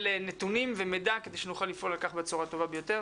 נתונים ומידע כדי שנוכל לפעול על כך בצורה הטובה ביותר.